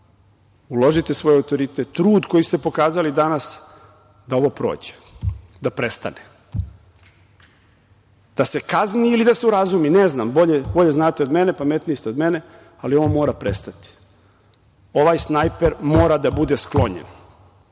uložite svoj autoritet, trud koji ste pokazali danas, da ovo prođe, da prestane, da se kazni ili da se urazumi, ne znam, bolje znate od mene, pametniji ste od mene, ali ovo mora prestati. Ovaj snajper mora da bude sklonjen.